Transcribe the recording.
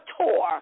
tour